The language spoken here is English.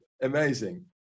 amazing